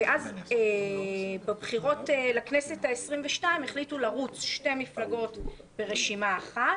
ואז בבחירות לכנסת העשרים-ושתיים החליטו לרוץ שתי מפלגות ברשימה אחת.